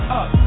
up